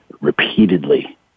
repeatedly